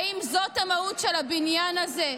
האם זו המהות של הבניין הזה?